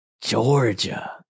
Georgia